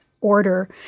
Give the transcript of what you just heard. order